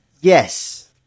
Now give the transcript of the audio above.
Yes